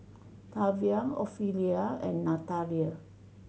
Tavian Ophelia and Nathalia